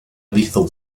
lethal